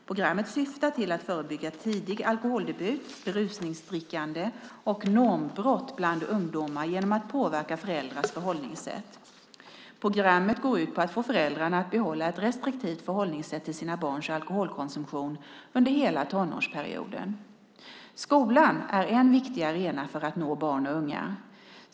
Programmet syftar till att förebygga tidig alkoholdebut, berusningsdrickande och normbrott bland ungdomar genom att påverka föräldrars förhållningssätt. Programmet går ut på att få föräldrarna att behålla ett restriktivt förhållningssätt till sina barns alkoholkonsumtion under hela tonårsperioden. Skolan är en viktig arena för att nå barn och unga.